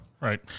Right